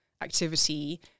activity